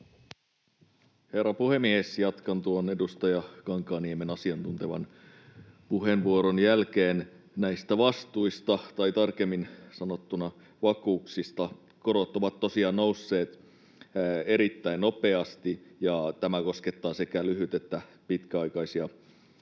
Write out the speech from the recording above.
Herra puhemies! Jatkan edustaja Kankaanniemen asiantuntevan puheenvuoron jälkeen näistä vastuista tai tarkemmin sanottuna vakuuksista. Korot ovat tosiaan nousseet erittäin nopeasti, ja tämä koskettaa sekä lyhyt- että pitkäaikaisia luottoja.